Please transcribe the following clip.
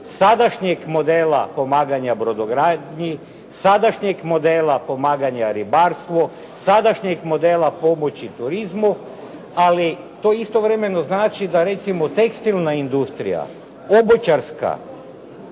sadašnjeg modela pomaganja brodogradnji, sadašnjeg modela pomaganja ribarstvu, sadašnjeg modela pomoći turizmu. Ali to istovremeno znači da recimo tekstilna industrija, obućarska,